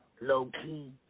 low-key